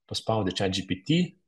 paspaudę chatgpt